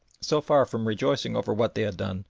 so far from rejoicing over what they had done,